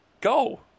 go